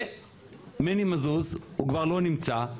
ומני מזוז, הוא כבר לא נמצא,